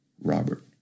Robert